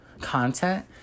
content